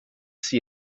see